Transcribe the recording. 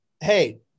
Hey